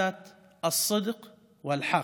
(אומר בערבית ומתרגם:)